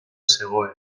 zegoen